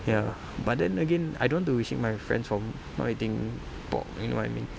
ya but then again I don't want to restrict my friends from not eating pork you know what I mean